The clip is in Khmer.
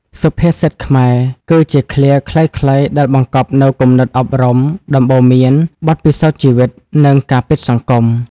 សុភាសិតខ្មែរ គឺជាឃ្លាខ្លីៗដែលបង្កប់នូវគំនិតអប់រំ ដំបូន្មាន បទពិសោធន៍ជីវិត និងការពិតសង្គម។